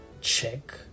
check